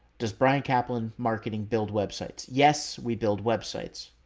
does brian kaplan marketing build websites? yes, we build websites.